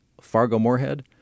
Fargo-Moorhead